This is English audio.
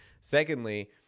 Secondly